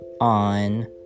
on